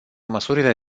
măsurile